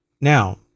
now